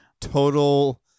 total